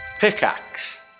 Pickaxe